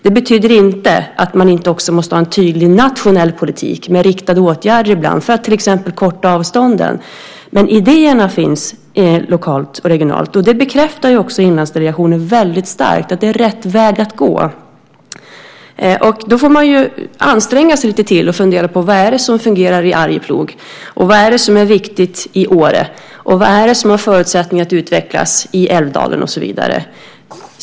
Det betyder inte att man inte också måste ha en tydlig nationell politik med riktade åtgärder ibland för att till exempel korta avstånden. Men idéerna finns lokalt och regionalt. Inlandsdelegationen bekräftar också väldigt starkt att det är rätt väg att gå. Man får då anstränga sig lite till och fundera på: Vad är det som fungerar i Arjeplog? Vad är det som är viktigt i Åre? Vad är det som har förutsättningar att utvecklas i Älvdalen, och så vidare?